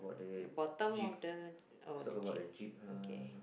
the bottom of the oh the jeep okay